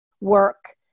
work